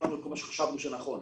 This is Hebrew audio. את כל מה שחשבנו שנכון,